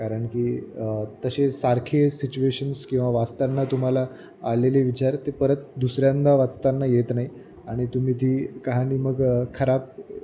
कारण की तसे सारखे सिच्युएशन्स किंवा वाचताना तुम्हाला आलेले विचार ते परत दुसऱ्यांंदा वाचताना येत नाही आणि तुम्ही ती कहाणी मग खराब